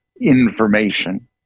information